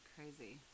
Crazy